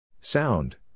Sound